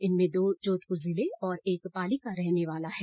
इनमें दो जोधपुर जिले और एक पाली का रहने वाला है